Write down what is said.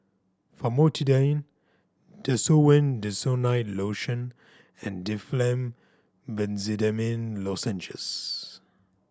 Famotidine Desowen Desonide Lotion and Difflam Benzydamine Lozenges